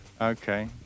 Okay